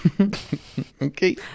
Okay